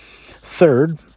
Third